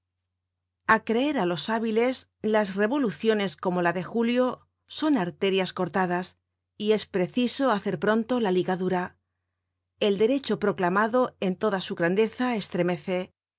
a creer á los hábiles las revoluciones como la de julio son arterias cortadas y es preciso hacer pronto la ligadura el derecho proclamado en toda su grandeza estremece